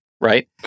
right